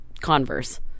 Converse